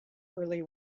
early